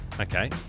Okay